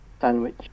sandwich